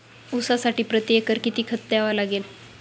ऊसासाठी प्रतिएकर किती खत द्यावे लागेल?